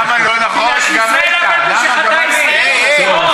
כי ישראל אף-על-פי שחטא ישראל הוא,